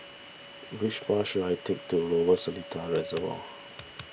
which bus should I take to Lower Seletar Reservoir